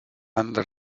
under